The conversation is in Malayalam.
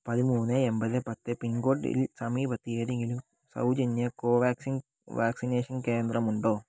പതിമൂന്ന് എൺപത് പത്ത് പിൻകോഡിൽ സമീപത്ത് ഏതെങ്കിലും സൗജന്യ കോവാക്സിൻ വാക്സിനേഷൻ കേന്ദ്രമുണ്ടോ